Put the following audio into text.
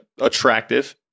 attractive